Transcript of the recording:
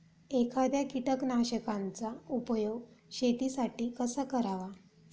एखाद्या कीटकनाशकांचा उपयोग शेतीसाठी कसा करावा?